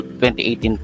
2018